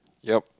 yeap